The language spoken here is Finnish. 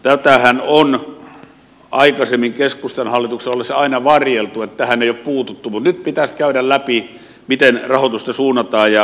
tätähän on aikaisemmin keskustan hallituksen ollessa aina varjeltu että tähän ei ole puututtu mutta nyt pitäisi käydä läpi miten rahoitusta suunnataan ja mitkä ovat ne vaikuttavuudet